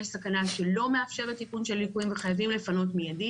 יש סכנה שלא מאפשרת תיקון של ליקויים וחייבים לפנות מיידית.